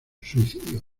suicidio